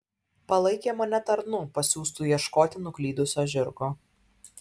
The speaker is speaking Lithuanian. palaikė mane tarnu pasiųstu ieškoti nuklydusio žirgo